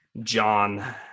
John